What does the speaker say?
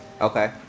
Okay